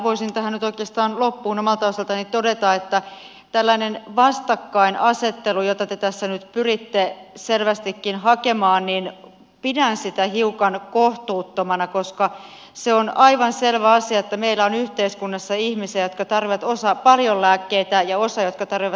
voisin tähän nyt oikeastaan loppuun omalta osaltani todeta että tällaista vastakkainasettelua jota te tässä nyt pyritte selvästikin hakemaan pidän hiukan kohtuuttomana koska se on aivan selvä asia että meillä on yhteiskunnassa ihmisiä jotka tarvitsevat osa paljon lääkkeitä ja osa vähän lääkkeitä